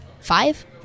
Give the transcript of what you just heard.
five